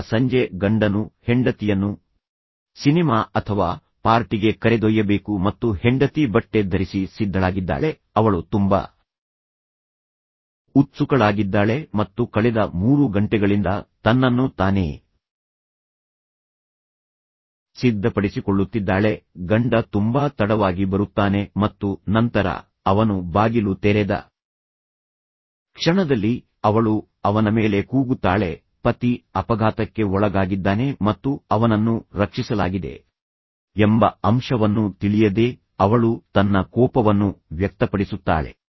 ಈಗ ಆ ಸಂಜೆ ಗಂಡನು ಹೆಂಡತಿಯನ್ನು ಸಿನೆಮಾ ಅಥವಾ ಪಾರ್ಟಿಗೆ ಕರೆದೊಯ್ಯಬೇಕು ಮತ್ತು ಹೆಂಡತಿ ಬಟ್ಟೆ ಧರಿಸಿ ಸಿದ್ಧಳಾಗಿದ್ದಾಳೆ ಅವಳು ತುಂಬಾ ಉತ್ಸುಕಳಾಗಿದ್ದಾಳೆ ಮತ್ತು ಕಳೆದ ಮೂರು ಗಂಟೆಗಳಿಂದ ತನ್ನನ್ನು ತಾನೇ ಸಿದ್ಧಪಡಿಸಿಕೊಳ್ಳುತ್ತಿದ್ದಾಳೆ ಗಂಡ ತುಂಬಾ ತಡವಾಗಿ ಬರುತ್ತಾನೆ ಮತ್ತು ನಂತರ ಅವನು ಬಾಗಿಲು ತೆರೆದ ಕ್ಷಣದಲ್ಲಿ ಅವಳು ಅವನ ಮೇಲೆ ಕೂಗುತ್ತಾಳೆ ಪತಿ ಅಪಘಾತಕ್ಕೆ ಒಳಗಾಗಿದ್ದಾನೆ ಮತ್ತು ಅವನನ್ನು ರಕ್ಷಿಸಲಾಗಿದೆ ಎಂಬ ಅಂಶವನ್ನು ತಿಳಿಯದೆ ಅವಳು ತನ್ನ ಕೋಪವನ್ನು ವ್ಯಕ್ತಪಡಿಸುತ್ತಾಳೆ